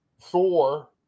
Thor